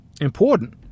important